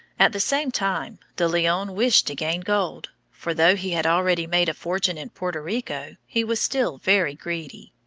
at the same time de leon wished to gain gold, for, though he had already made a fortune in puerto rico, he was still very greedy.